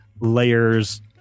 layers